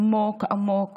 ברובה היא עמוק עמוק